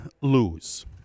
lose